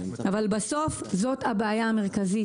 אבל בסוף זאת הבעיה המרכזית.